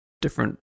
different